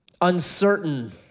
uncertain